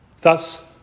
thus